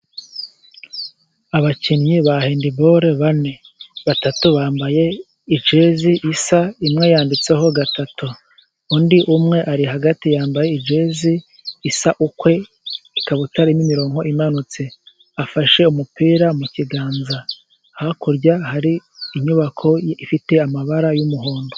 Abakinnyi ba handiboro bane, batatu bambaye ijezi isa, imwe yanditseho gatatu. Undi umwe ari hagati yambaye jezi isa ukwe, ikabutura irimo imirongo imanutse. Afashe umupira mu kiganza, hakurya hari inyubako ifite amabara y'umuhondo.